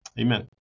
amen